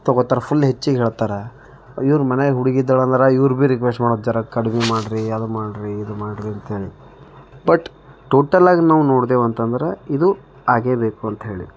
ತಗೋತಾರೆ ಫುಲ್ ಹೆಚ್ಚಿಗೇಳ್ತಾರೆ ಇವರ ಮನೆಯಾಗೆ ಹುಡುಗಿಯಿದ್ದಾಳಂದ್ರೆ ಇವರು ಬಿ ರಿಕ್ವೆಸ್ಟ್ ಮಾಡ್ದ್ ಝರ ಕಡಿಮೆ ಮಾಡ್ರಿ ಅದು ಮಾಡ್ರಿ ಇದು ಮಾಡ್ರಿ ಅಂಥೇಳಿ ಬಟ್ ಟೋಟಲಾಗಿ ನಾವು ನೋಡ್ದೇವು ಅಂತಂದ್ರೆ ಇದು ಹಾಗೇ ಬೇಕು ಅಂಥೇಳಿ